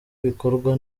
bikorwa